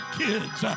kids